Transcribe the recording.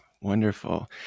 Wonderful